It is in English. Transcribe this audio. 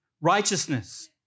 righteousness